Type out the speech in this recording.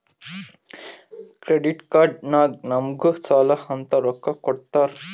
credit card ನಾಗ್ ನಮುಗ್ ಸಾಲ ಅಂತ್ ರೊಕ್ಕಾ ಕೊಡ್ತಾರ್